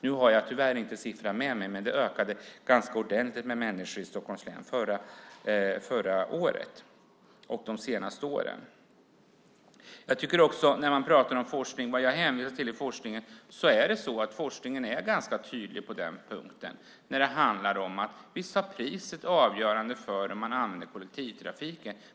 Jag har tyvärr inte siffrorna med mig, men antalet människor i Stockholms län har ökat ganska ordentligt de senaste åren. Forskningen visar ganska tydligt att priset är avgörande för om man använder kollektivtrafiken.